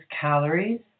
calories